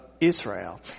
Israel